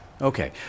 Okay